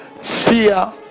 fear